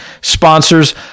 Sponsors